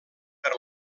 per